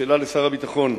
שאלה לשר הביטחון: